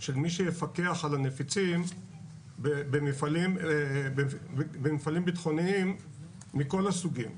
של מי שיפקח על הנפיצים במפעלים ביטחוניים מכל הסוגים.